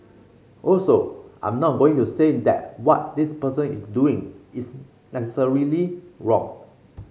also I'm not going to say that what this person is doing is necessarily wrong